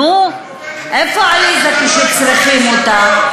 נו, איפה עליזה כשצריכים אותה?